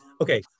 Okay